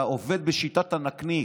אתה עובד בשיטת הנקניק.